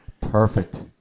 Perfect